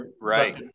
Right